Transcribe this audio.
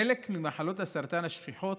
חלק ממחלות הסרטן השכיחות